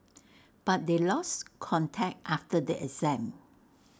but they lost contact after the exam